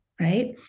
right